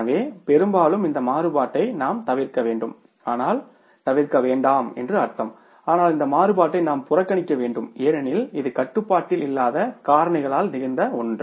எனவே பெரும்பாலும் இந்த மாறுபாட்டை நாம் தவிர்க்க வேண்டும் ஆனால் தவிர்க்க வேண்டாம் என்று அர்த்தம் ஆனால் இந்த மாறுபாட்டை நாம் புறக்கணிக்க வேண்டும் ஏனெனில் இது கட்டுப்பாட்டில் இல்லாத காரணிகளால் நிகழ்ந்த ஒன்று